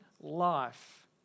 life